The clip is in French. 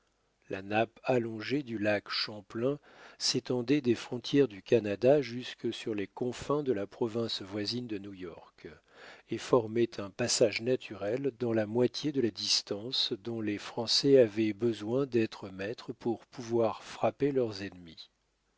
la nappe allongée du lac champlain s'étendait des frontières du canada jusque sur les confins de la province voisine de new-york et formait un passage naturel dans la moitié de la distance dont les français avaient besoin d'être maîtres pour pouvoir frapper leurs ennemis